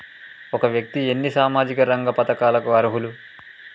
ఒక వ్యక్తి ఎన్ని సామాజిక రంగ పథకాలకు అర్హులు?